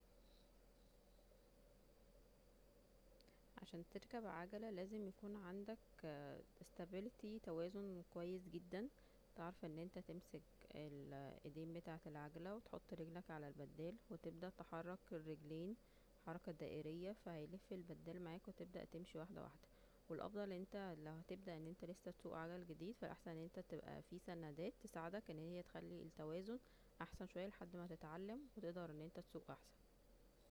عشان تركب عجلة لازم يكون عندك ستابلتي كويس جدا تعرف أن انت تمسك الايدين بتاعت العجلة وتحط رجلك على البدال وتبدأ تحرك الرجلين حركة دائرية ف هيلف البدال معاك وتبدأ تمشي واحده واحده والافضل انت لو هتبدا أن انت لسه تسوق عجل جديد ف أحسن أن انت تبقى في سنادات تساعدك أن هي تخلي التوازن احسن شوية لحد م تتعلم وتقدر أن انت تسوق احسن